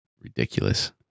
Ridiculous